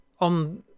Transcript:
on